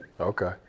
Okay